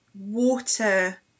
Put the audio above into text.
water